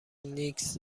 نیکز